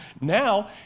Now